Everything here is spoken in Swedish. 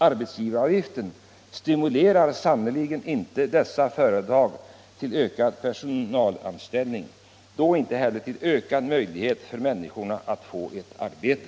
Arbetsgivaravgiften stimulerar sannerligen inte dessa företag till ökad personalanställning och då inte heller till ökad möjlighet för människor att få ett arbete.